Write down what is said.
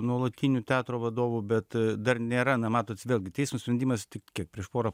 nuolatiniu teatro vadovu bet dar nėra na matot vėlgi teismo sprendimas tik kiek prieš porą